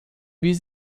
wie